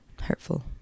hurtful